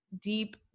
deep